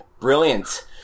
Brilliant